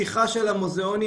הפתיחה של המוזיאונים,